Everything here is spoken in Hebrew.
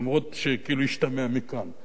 למרות מה שכאילו השתמע מכאן.